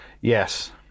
Yes